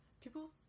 people